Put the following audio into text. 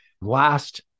Last